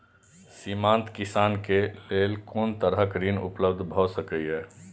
सीमांत किसान के लेल कोन तरहक ऋण उपलब्ध भ सकेया?